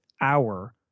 hour